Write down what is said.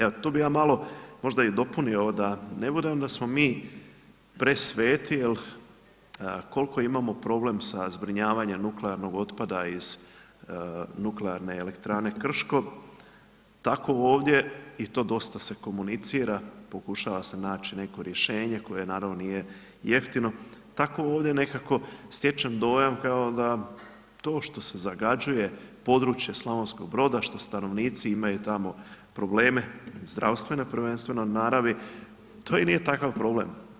Evo tu bi ja malo možda i dopunio, da ne bude da smo mi presveti, jer koliko imamo problem sa zbrinjavanje nuklearnog otpada, iz nuklearne elektrane Krško, tako ovdje i to dosta se komunicira, pokušava se naći neko rješenje koje naravno nije jeftino, tako ovdje nekako stječem dojam, da to što se zagađuje područje Slavonskog Broda, što stanovnici, imaju tamo probleme, zdravstveno prvenstveno u naravi, to i nije takav problem.